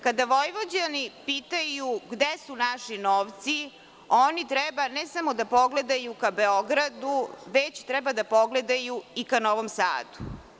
Kada Vojvođani pitaju – gde su naši novci, oni treba ne samo da pogledaju ka Beogradu, već treba da pogledaju i ka Novom Sadu.